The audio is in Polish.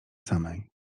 samej